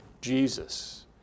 Jesus